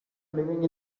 living